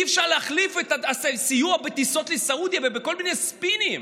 אי-אפשר להחליף את הסיוע בטיסות לסעודיה ובכל מיני ספינים.